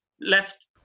left